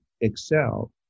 excel